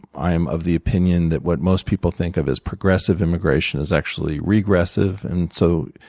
i'm of the opinion that what most people think of as progressive immigration is actually regressive. and so